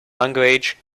language